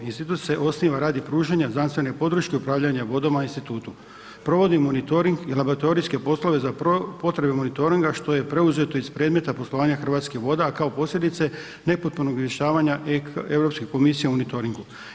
Institut se osniva radi pružanja znanstvene podrške upravljanja vodama i institutu, provodi monitoring i laboratorijske poslove za potrebe monitoringa što je preuzeto iz predmeta poslovanja Hrvatskih voda kao posljedice nepotpunog … [[Govornik se ne razumije]] Europske komisije o monitoringu.